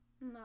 No